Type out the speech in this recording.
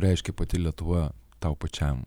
reiškia pati lietuva tau pačiam